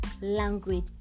language